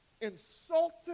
insulted